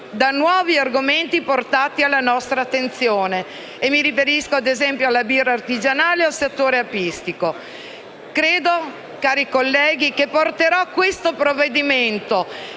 da nuovi argomenti portati alla nostra attenzione (mi riferisco, ad esempio, alla birra artigianale e al settore apistico). Cari colleghi, credo che porterò il provvedimento